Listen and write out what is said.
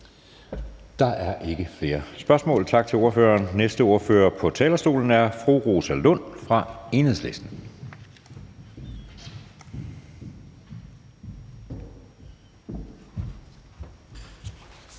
Der er ikke flere spørgsmål. Tak til ordføreren. Næste ordfører på talerstolen er fru Rosa Lund fra Enhedslisten.